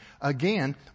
again